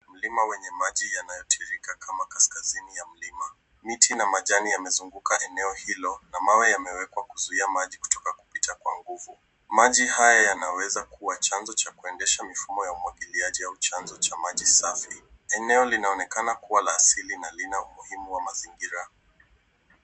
Mloma wenye maji yanayotiririka kama kaskazini mwa mlima. Miti na majani yamezunguka eneo hilo na mawe yamewekwa kuzuia maji kukosa kupitia kwa nguvu. Maji haya yanaweza kuwa chanzo cha matumizi ya maji au chanzo cha maji safi. Eneo linaonekana kuwa pa asili na lina umuhimu wa mazingira.